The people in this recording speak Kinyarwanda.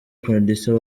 producer